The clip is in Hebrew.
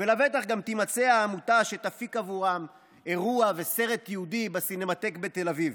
ולבטח גם תימצא העמותה שתפיק עבורם אירוע וסרט תיעודי בסינמטק בתל אביב,